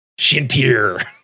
Shintir